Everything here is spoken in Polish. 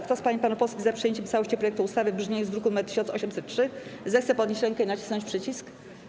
Kto z pań i panów posłów jest za przyjęciem w całości projektu ustawy w brzmieniu z druku nr 1803, zechce podnieść rękę i nacisnąć przycisk.